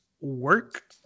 work